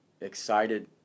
excited